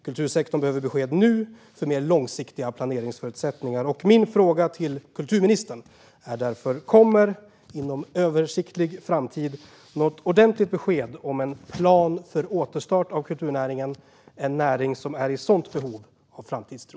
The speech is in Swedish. Kultursektorn behöver besked nu för mer långsiktiga planeringsförutsättningar, och min fråga till kulturministern är därför: Kommer det inom överskådlig framtid något ordentligt besked om en plan för återstart av kulturnäringen, en näring som är i sådant behov av framtidstro?